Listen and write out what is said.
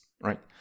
right